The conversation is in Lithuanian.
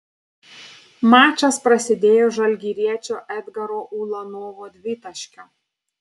mačas prasidėjo žalgiriečio edgaro ulanovo dvitaškiu